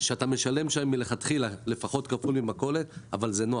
ושם משלמים מלכתחילה לפחות כפול ממכולת אבל זה נוח.